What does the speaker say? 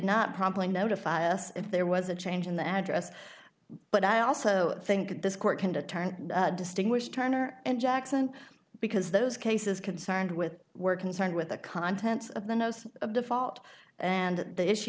not promptly notify us if there was a change in the address but i also think this court can determine distinguish turner and jackson because those cases concerned with were concerned with the contents of the nose of default and the issue